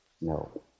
No